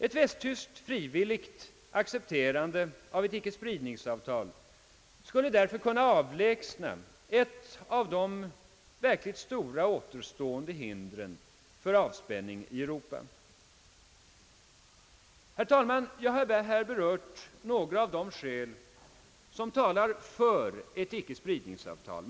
Ett västtyskt frivilligt accepterande av ett icke-spridningsavtal skulle därför kunna avlägsna ett av de verkligt stora återstående hindren för avspänningen i Europa. Herr talman! Jag har här berört några av de skäl som talar för ett ickespridningsavtal.